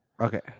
Okay